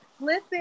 Listen